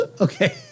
Okay